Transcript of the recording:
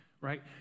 right